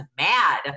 mad